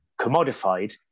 commodified